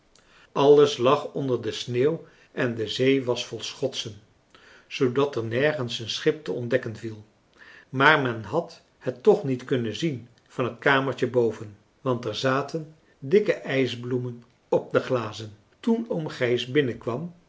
alles lag onder de sneeuw en de zee was vol schotsen zoodat er nergens een schip te ontdekken viel maar men had het toch niet kunnen zien van het kamertje boven want er zaten dikke ijsbloemen op de glazen toen oom gijs